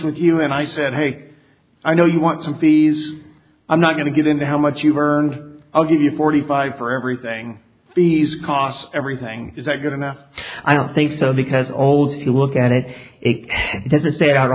with you and i said hey i know you want some fees i'm not going to get into how much you've earned i'll give you forty five for everything these costs everything is that good enough i don't think so because old you look at it it doesn't say